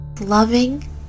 loving